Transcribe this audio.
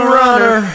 runner